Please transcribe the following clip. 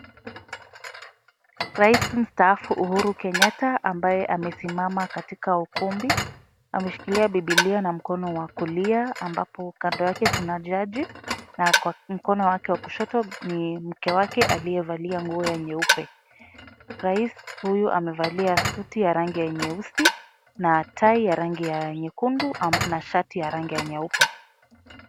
Rais mstaafu Uhuru Kenyatta ambaye amesimama katika ukumbi ameshikilia bibilia na mkono wa kulia, ambapo kando yake kuna jaji, na kwa mkono wake wa kushoto ni mke wake aliyevalia nguo ya nyeupe. Rais huyu amevalia suti ya rangi ya nyeusi na tai ya rangi ya nyekundu na shati ya rangi ya nyeupe.